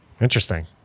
interesting